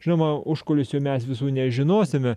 žinoma užkulisių mes visų nežinosime